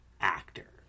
actor